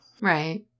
Right